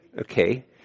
Okay